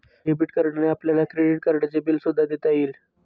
debit कार्डने आपल्याला credit कार्डचे बिल सुद्धा देता येईल